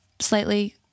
slightly